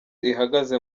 ihagaze